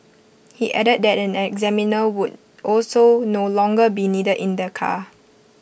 he added that an examiner would also no longer be needed in the car